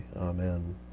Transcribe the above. Amen